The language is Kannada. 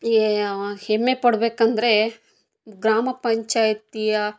ಹೆಮ್ಮೆ ಪಡ್ಬೇಕೆಂದ್ರೆ ಗ್ರಾಮ ಪಂಚಾಯತಿಯ